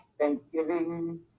thanksgiving